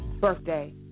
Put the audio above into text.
birthday